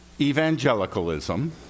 evangelicalism